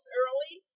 early